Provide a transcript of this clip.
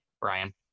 Brian